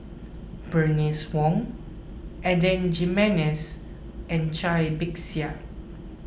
Bernice Wong Adan Jimenez and Cai Bixia